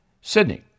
Sydney